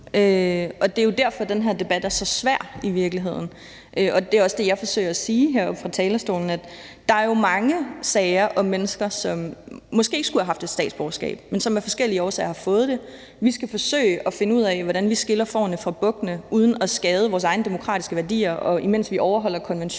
i. Det er jo derfor, den her debat i virkeligheden er så svær. Det er også det, jeg forsøger at sige heroppe fra talerstolen, nemlig at der jo er mange sager med mennesker, som måske ikke skulle have haft et statsborgerskab, men som af forskellige årsager har fået det. Vi skal forsøge at finde ud af, hvordan vi skiller fårene fra bukkene uden at skade vores egne demokratiske værdier, og imens vi overholder konventionerne.